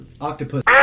Octopus